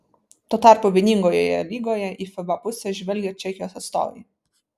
tuo tarpu vieningojoje lygoje į fiba pusę žvelgia čekijos atstovai